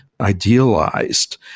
idealized